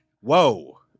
Whoa